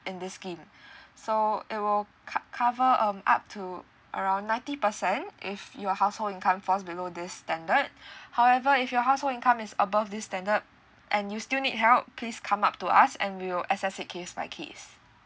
in this scheme so it will co~ cover um up to around ninety percent if your household income falls below this standard however if your household income is above this standard and you still need help please come up to us and we will assess it case by case